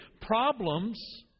Problems